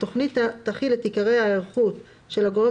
התכנית תכיל את עיקרי ההיערכות של הגורם